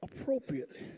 appropriately